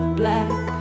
black